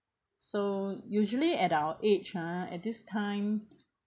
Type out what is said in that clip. so usually at our age ah at this time